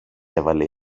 έβαλε